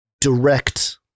direct